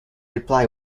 reply